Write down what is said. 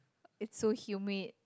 it's so humid